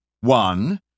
One